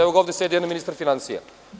Evo, ovde sedi jedan ministar finansija.